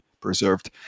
preserved